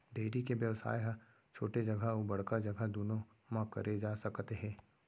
dairy के बेवसाय ह छोटे जघा अउ बड़का जघा दुनों म करे जा सकत हे